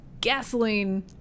gasoline